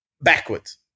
backwards